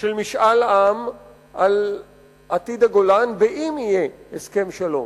של משאל עם על עתיד הגולן, אם יהיה הסכם שלום.